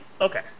Okay